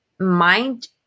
mind